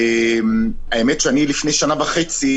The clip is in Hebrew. האמת היא שלפני שנה וחצי